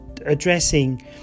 addressing